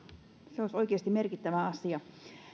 se olisi oikeasti merkittävä asia